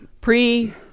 Pre